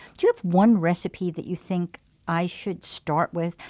do you have one recipe that you think i should start with,